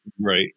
Right